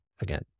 again